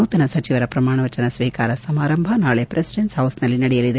ನೂತನ ಸಚಿವರ ಪ್ರಮಾಣ ವಚನ ಸ್ವೀಕಾರ ಸಮಾರಂಭ ನಾಳೆ ಪ್ರೆಸಿಡೆನ್ಸ್ ಹೌಸ್ನಲ್ಲಿ ನಡೆಯಲಿದೆ